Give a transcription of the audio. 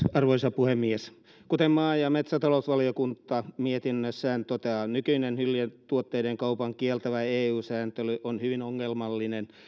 arvoisa puhemies kuten maa ja metsätalousvaliokunta mietinnössään toteaa nykyinen hyljetuotteiden kaupan kieltävä eu sääntely on hyvin ongelmallinen